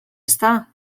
ezta